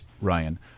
Ryan